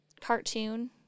cartoon